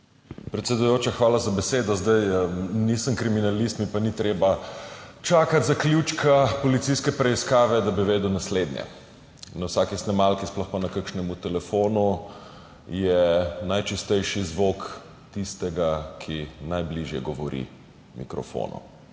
Predsedujoča, hvala za besedo. Nisem kriminalist, mi pa ni treba čakati zaključka policijske preiskave, da bi vedel naslednje: na vsaki snemalki, sploh pa na kakšnem telefonu, je najčistejši zvok tistega, ki govori najbližje mikrofonu...